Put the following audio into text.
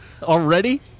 already